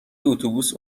اتوبوس